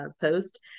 post